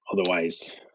otherwise